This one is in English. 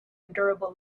endurable